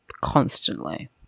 constantly